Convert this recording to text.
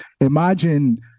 Imagine